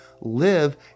live